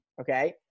Okay